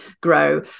grow